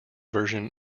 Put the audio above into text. version